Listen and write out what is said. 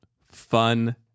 fun